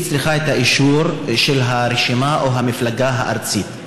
היא צריכה את האישור של הרשימה או המפלגה הארצית,